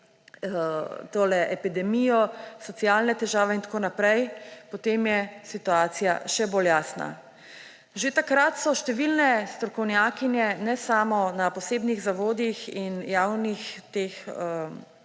epidemijo, socialne težave in tako naprej, potem je situacija še bolj jasna. Že takrat so številne strokovnjakinje, ne samo na posebnih zavodih in javnih